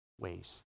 ways